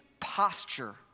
posture